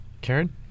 Karen